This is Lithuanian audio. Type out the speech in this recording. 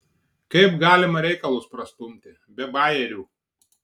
kaip galima reikalus prastumti be bajerių